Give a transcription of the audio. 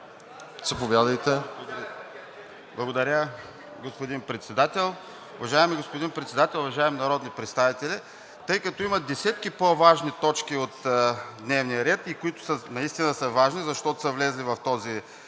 България): Благодаря, господин Председател. Уважаеми господин Председател, уважаеми народни представители! Тъй като има десетки по-важни точки от дневния ред и които наистина са важни, защото са влезли в този